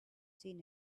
seen